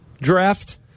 draft